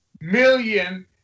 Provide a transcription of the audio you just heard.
million